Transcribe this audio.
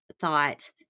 thought